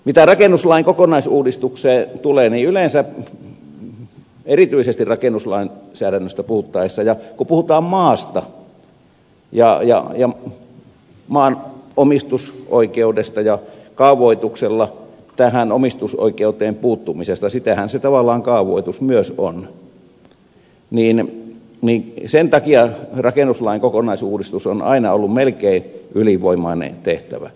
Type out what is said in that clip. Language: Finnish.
mitä rakennuslain kokonaisuudistukseen tulee niin yleensä erityisesti rakennuslainsäädännöstä puhuttaessa ja puhuttaessa maasta ja maan omistusoikeudesta ja kaavoituksella tähän omistusoikeuteen puuttumisesta sitähän se kaavoitus tavallaan myös on niin sen takia rakennuslain kokonaisuudistus on aina ollut melkein ylivoimainen tehtävä